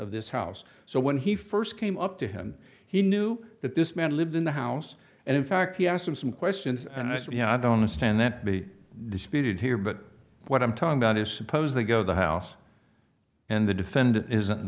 of this house so when he first came up to him he knew that this man lived in the house and in fact he asked him some questions and i said you know i don't understand that be disputed here but what i'm talking about is suppose they go the house and the defendant isn't